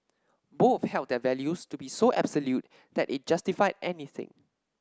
both held their values to be so absolute that it justified anything